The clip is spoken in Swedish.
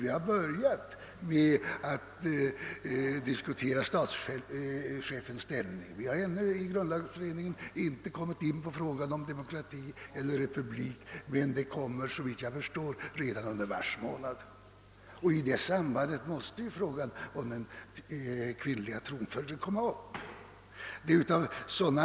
Vi har inom beredningen just börjat diskutera statschefens ställning. Ännu har vi inte kommit in på frågan om monarki eller republik, men jag skulle tro att vi kommer att ta upp spörsmålet redan under mars månad, och i det sammanhanget måste ju även frågan om den kvinnliga tronföljden diskuteras. Herr talman!